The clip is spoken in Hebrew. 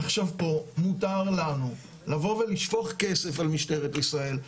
עכשיו פה מותר לנו לבוא ולשפוך כסף על משטרת ישראל.